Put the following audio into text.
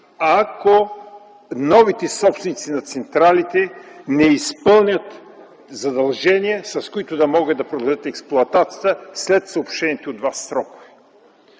ако новите собственици на централите не изпълнят задължения, с които да могат да проведат експлоатацията след съобщените от Вас срокове.